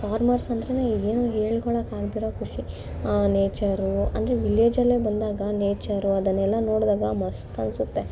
ಫಾರ್ಮರ್ಸಂದರೆ ಏನೋ ಹೇಳ್ಕೊಳ್ಳಕಾಗದಿರೋ ಖುಷಿ ಆ ನೇಚರು ಅಂದರೆ ವಿಲೇಜ್ಗೆಲ್ಲ ಬಂದಾಗ ಆ ನೇಚರು ಅದನ್ನೆಲ್ಲ ನೋಡಿದಾಗ ಮಸ್ತನ್ನಿಸುತ್ತೆ